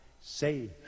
Say